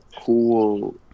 cool